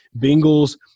Bengals